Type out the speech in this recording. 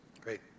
Great